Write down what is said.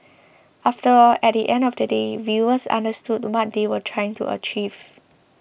after all at the end of the day viewers understood what they were trying to achieve